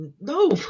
No